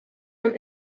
und